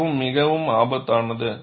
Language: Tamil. அதுவே மிகவும் ஆபத்தானது